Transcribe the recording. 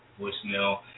Voicemail